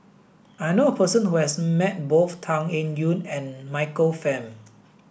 I know a person who has met both Tan Eng Yoon and Michael Fam